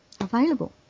available